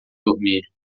dormir